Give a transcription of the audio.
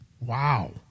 Wow